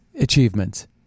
achievements